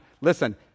Listen